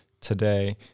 today